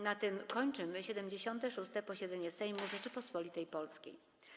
Na tym kończymy 76. posiedzenie Sejmu Rzeczypospolitej Polskiej.